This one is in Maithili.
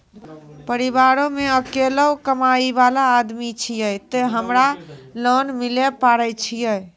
परिवारों मे अकेलो कमाई वाला आदमी छियै ते हमरा लोन मिले पारे छियै?